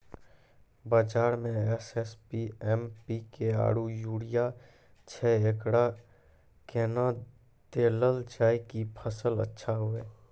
बाजार मे SSP, MPK आरु यूरिया छैय, एकरा कैना देलल जाय कि फसल अच्छा हुये?